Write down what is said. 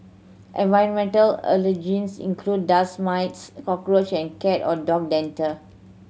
environmental allergens include dust mites cockroach and cat or dog dander